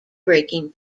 breaking